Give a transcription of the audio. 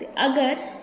ते अगर